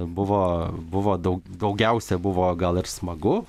buvo buvo daug daugiausia buvo gal ir smagu